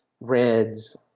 reds